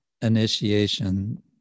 initiation